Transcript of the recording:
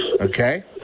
okay